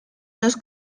los